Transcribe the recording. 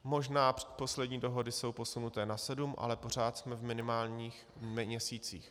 Možná poslední dohody jsou posunuté na sedm, ale pořád jsme v minimálních měsících.